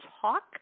talk